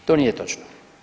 To nije točno.